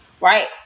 right